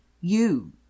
You